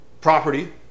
property